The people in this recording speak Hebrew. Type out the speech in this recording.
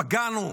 פגענו,